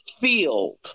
field